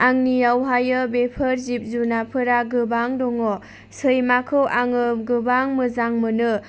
आंनियावहाय बेफोर जिब जुनारफोरा गोबां दङ सैमाखौ आङो गोबां मोजां मोनो